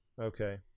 Okay